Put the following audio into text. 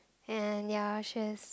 and ya she is